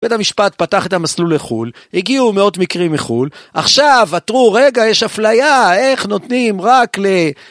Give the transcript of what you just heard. בית המשפט פתח את המסלול לחול, הגיעו מאות מקרים מחול. עכשיו עתרו , יש אפליה, איך נותנים רק ל...